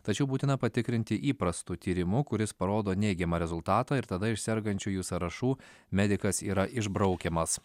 tačiau būtina patikrinti įprastu tyrimu kuris parodo neigiamą rezultatą ir tada iš sergančiųjų sąrašų medikas yra išbraukiamas